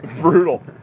Brutal